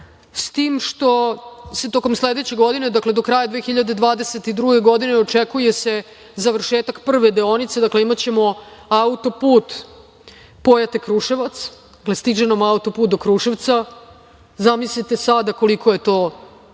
s tim što se tokom sledeće godine, dakle, do kraja 2022. godine, očekuje završetak prve deonice, dakle, imaćemo auto-put Pojate-Kruševac, stiže nam auto-put do Kruševca, zamislite sada koliko je to